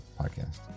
Podcast